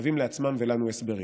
חייבים לעצמם ולנו הסברים: